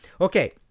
Okay